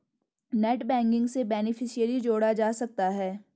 net banking से beneficiary जोड़ा जा सकता है